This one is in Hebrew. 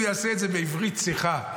הוא יעשה את בעברית צחה.